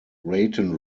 raton